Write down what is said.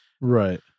Right